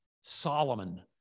Solomon